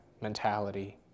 mentality